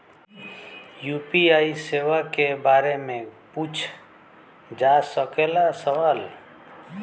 UPI सेवा के बारे में पूछ जा सकेला सवाल?